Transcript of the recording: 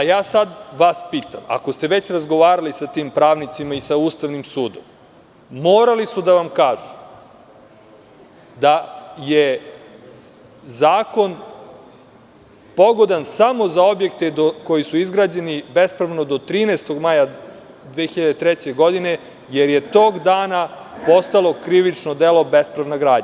Sada vas pitam – ako ste već razgovarali sa tim pravnicima i sa Ustavnim sudom, morali su da vam kažu da je zakon pogodan samo za objekte koji su izgrađeni bespravno do 13. maja 2003. godine, jer je tog dana postalo krivično delo bespravna gradnja?